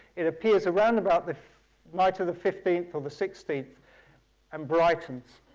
it appears around about the night of the fifteenth or the sixteenth and brightens,